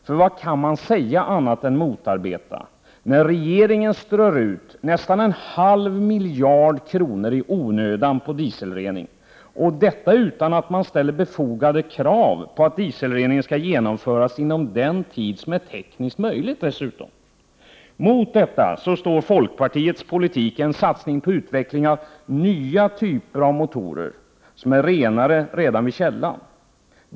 Vad annat kan man säga än att motarbeta, när regeringen strör ut nästan en halv miljard kronor i onödan på dieselrening och detta utan att man ställer befogade krav på att dieselrening skall genomföras inom den tid som tekniskt är möjligt? Mot detta står folkpartiets politik om en satsning på utveckling av nya typer av motorer som är renare redan vid källan.